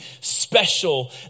special